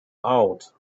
out